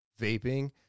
vaping